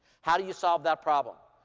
how do you solve that problem?